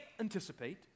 anticipate